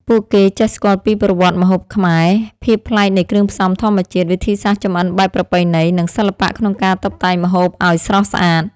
ពួកគេចេះស្គាល់ពីប្រវត្តិម្ហូបខ្មែរ ភាពប្លែកនៃគ្រឿងផ្សំធម្មជាតិ វិធីសាស្រ្តចម្អិនបែបប្រពៃណី, និងសិល្បៈក្នុងការតុបតែងម្ហូបឲ្យស្រស់ស្អាត។